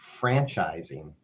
franchising